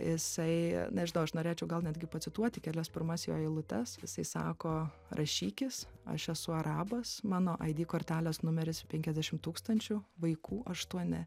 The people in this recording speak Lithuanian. jisai nežinau aš norėčiau gal netgi pacituoti kelias pirmas jo eilutes jisai sako rašykis aš esu arabas mano id kortelės numeris penkiasdešimt tūkstančių vaikų aštuoni